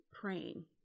praying